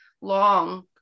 long